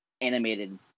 animated